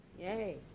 Yay